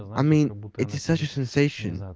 i mean it is such a sensation,